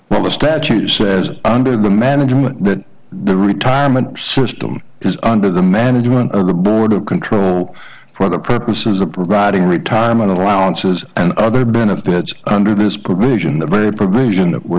well the statute says under the management that the retirement system is under the management of the board of control for the purposes of providing retirement allowances and other benefits under this provision the very provision that we're